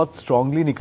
strongly